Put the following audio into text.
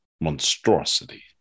monstrosity